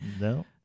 No